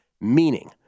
meaning—